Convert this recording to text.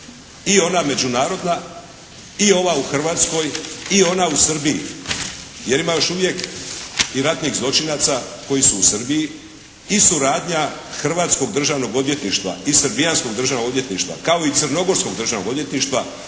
i ona međunarodna i ova u Hrvatskoj, i ona u Srbiji, jer ima još uvijek i ratnih zločinaca koji su u Srbiji i suradnja Hrvatskog državnog odvjetništva i Srbijanskog državnog odvjetništva kao i Crnogorskog državnog odvjetništva